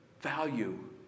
value